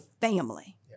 family